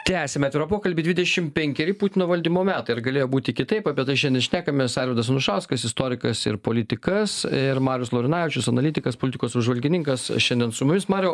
tęsiame pokalbį dvidešim penkeri putino valdymo metai ar galėjo būti kitaip apie tai šiandien šnekamės arvydas anušauskas istorikas ir politikas ir marius laurinavičius analitikas politikos apžvalgininkas šiandien su mumis mariau